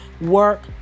work